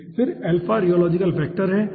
फिर alpha rheological factor है ठीक है